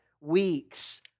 weeks